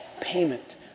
payment